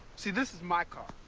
see, this is my car,